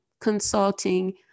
consulting